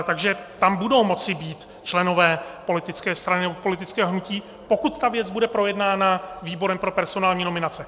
Takže tam budou moci být členové politické strany nebo politického hnutí, pokud ta věc bude projednána výborem pro personální nominace.